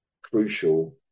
crucial